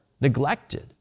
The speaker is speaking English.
neglected